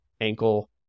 ankle